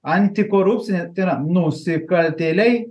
antikorupcinė tai yra nusikaltėliai